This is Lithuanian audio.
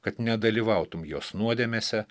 kad nedalyvautum jos nuodėmėse